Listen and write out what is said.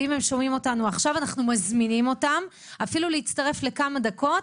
ואם הם שומעים אותנו עכשיו אנחנו מזמינים אותם להצטרף אפילו לכמה דקות,